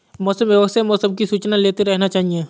मौसम विभाग से मौसम की सूचना लेते रहना चाहिये?